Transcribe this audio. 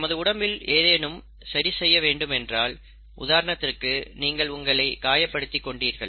நமது உடம்பில் ஏதேனும் சரி செய்ய வேண்டும் என்றால் உதாரணத்திற்கு நீங்கள் உங்களை காயப்படுத்தி கொண்டீர்கள்